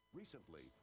recently